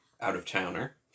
out-of-towner